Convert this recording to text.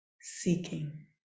seeking